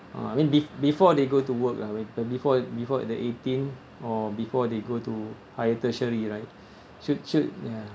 uh I mean be~ before they go to work lah like before before the eighteen or before they go to higher tertiary right should should ya